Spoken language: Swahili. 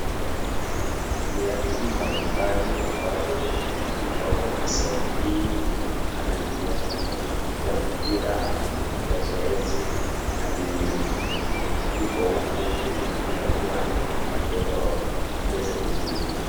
Viatu mbali mbali ambavyo vimetundikwa kwenye sehemu hii inaonekana ni viatu vya kupiga mpira ama kupiga zoezi na vimetundikwa huku ili kungoja wateja waweze kuvinunua.